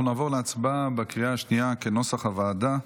אנחנו נעבור להצבעה בקריאה השנייה כנוסח הוועדה.